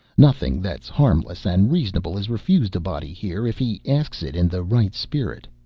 nothing that's harmless and reasonable is refused a body here, if he asks it in the right spirit.